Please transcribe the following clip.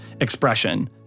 expression